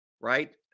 right